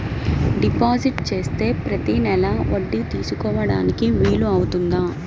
Deposit చేస్తే ప్రతి నెల వడ్డీ తీసుకోవడానికి వీలు అవుతుందా?